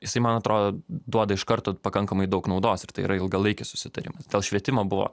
jisai man atrodo duoda iš karto pakankamai daug naudos ir tai yra ilgalaikis susitarimas dėl švietimo buvo